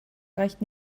reicht